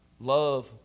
love